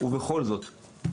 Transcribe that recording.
ובכל זאת,